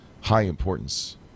high-importance